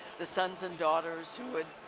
the sons and daughters who had